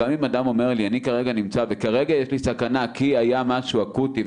גם אם אדם אומר לי שהוא כרגע נמצא וכרגע הוא בסכנה כי היה משהו אקוטי,